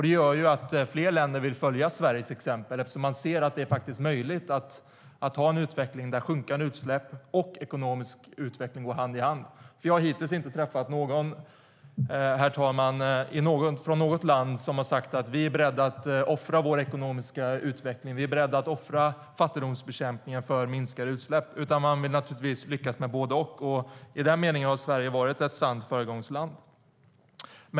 Det gör att fler länder vill följa Sveriges exempel, eftersom man ser att det faktiskt är möjligt att ha en utveckling där sjunkande utsläpp och ekonomisk utveckling går hand i hand. Vi har hittills inte träffat någon, herr talman, från något land som har sagt: Vi är beredda att offra vår ekonomiska utveckling och fattigdomsbekämpning för att minska utsläppen. Man vill naturligtvis lyckas med båda, och i den meningen har Sverige varit ett sant föregångsland.